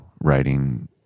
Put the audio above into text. writing